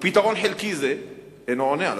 ופתרון חלקי זה אינו עונה על